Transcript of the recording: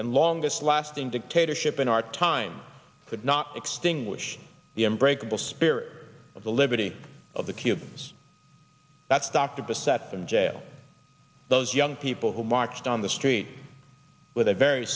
and longest lasting dictatorship in our time could not extinguish the m breakable spirit of the liberty of the cubans that stopped at the set from jail those young people who marched on the street with a very